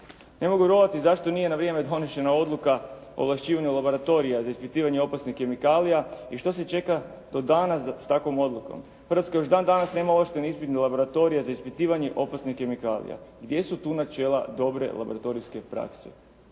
Ne mogu vjerovati zašto nije na vrijeme donesena odluka ovlašćivanja laboratorija za ispitivanje opasnih kemikalija i što se čeka do danas sa takvom odlukom. Hrvatska još dan danas nema ovlaštene ispitne laboratorije za ispitivanje opasnih kemikalija. Gdje su tu načela dobre laboratorijske prakse.